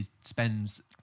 spends